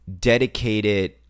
dedicated